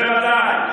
בוודאי,